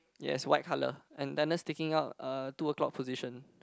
yes white colour and then it's sticking out uh two o-clock position